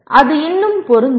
அது இன்னும் பொருந்தும்